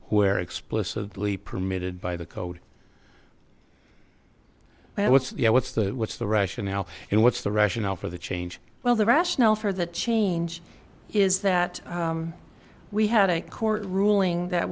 where explicitly permitted by the code but what's the what's the what's the rationale and what's the rationale for the change well the rationale for the change is that we had a court ruling that